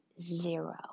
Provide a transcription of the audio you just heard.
zero